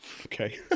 Okay